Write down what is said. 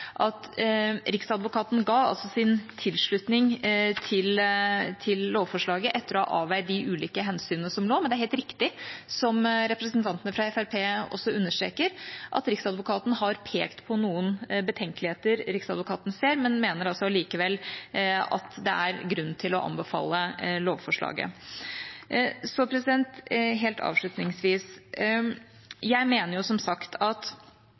tilslutning til lovforslaget etter å ha avveid de ulike hensyn som forelå. Men det er helt riktig som representantene fra Fremskrittspartiet understreker, at Riksadvokaten har pekt på noen betenkeligheter Riksadvokaten ser, men mener allikevel at det er grunn til å anbefale lovforslaget. Helt avslutningsvis: Jeg mener som sagt at